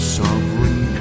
sovereign